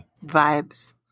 vibes